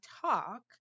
talk